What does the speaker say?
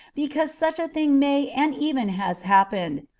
because such a thing may and even has happened,